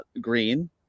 Green